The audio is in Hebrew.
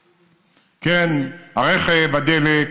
כן, הרכב, הדלק,